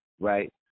right